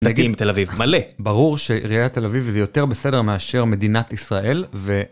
נגיד עם תל אביב, מלא. ברור שעיריית תל אביב היא יותר בסדר מאשר מדינת ישראל ו...